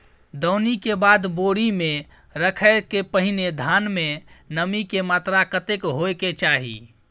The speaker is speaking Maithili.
दौनी के बाद बोरी में रखय के पहिने धान में नमी के मात्रा कतेक होय के चाही?